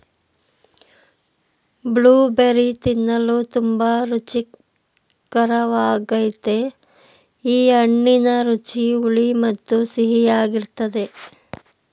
blueberry ತಿನ್ನಲು ತುಂಬಾ ರುಚಿಕರ್ವಾಗಯ್ತೆ ಈ ಹಣ್ಣಿನ ರುಚಿ ಹುಳಿ ಮತ್ತು ಸಿಹಿಯಾಗಿರ್ತದೆ